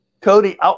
Cody